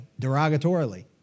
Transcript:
derogatorily